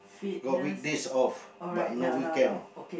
got weekdays off but no weekend